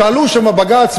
שאלו שם בבג"ץ,